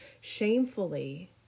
shamefully